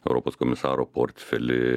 europos komisaro portfelį